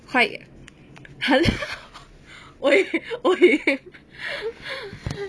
!haiya! !oi! !oi!